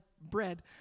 bread